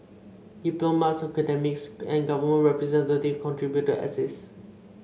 diplomats academics and government representative contributed essays